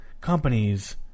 companies